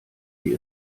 sie